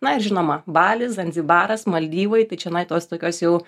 na ir žinoma balis zanzibaras maldyvai tai čionai tos tokios jau